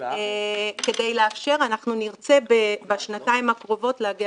אנחנו נרצה להגיע